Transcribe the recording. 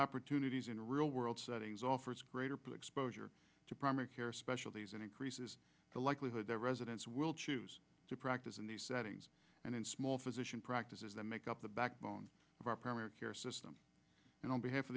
opportunities in the real world settings offered exposure to primary care specialties and increases the likelihood that residents will choose to practice in the setting and in small physician practices that make up the backbone of our primary care system and on behalf of